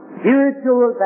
spiritual